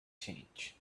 changed